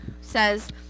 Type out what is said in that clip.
says